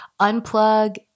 unplug